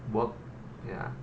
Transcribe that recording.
work ya